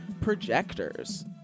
projectors